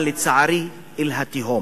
אבל לצערי, אל התהום.